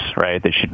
right